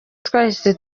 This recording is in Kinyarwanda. twahise